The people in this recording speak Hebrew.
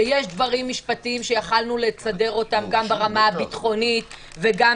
שיש דברים משפטיים שיכולנו לסדר אותם גם ברמה הביטחונית וגם